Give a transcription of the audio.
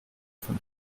von